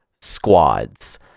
squads